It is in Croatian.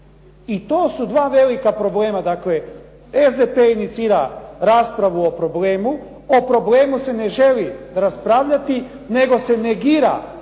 I to su dva velika problema. Dakle, SDP inicira raspravu o problemu. O problemu se ne želi raspravljati nego se negira